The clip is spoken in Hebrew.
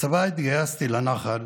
לצבא התגייסתי לנח"ל